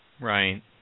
Right